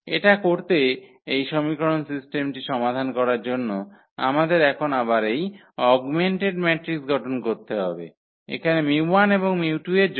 এটা করতে এই সমীকরণ সিস্টেমটি সমাধান করার জন্য আমাদের এখন আবার এই অগমেন্টেড ম্যাট্রিক্স গঠন করতে হবে এখানে 𝜇1 এবং 𝜇2 এর জন্য